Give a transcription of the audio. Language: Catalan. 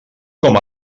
com